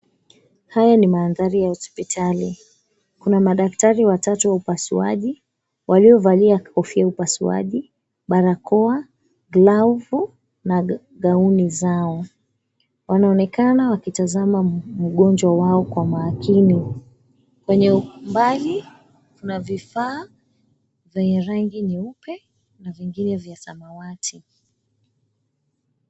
Haya ni mandhari ya hospitali. Kuna madaktari watatu wa upasuaji waliovalia kofia ya upasuaji, barakoa, glavu na gauni zao. Wanaonekana wakitazama mgonjwa wao kwa makini. Kwenye umbali kuna vifaa vyenye rangi nyeupe na vingine vya samawati.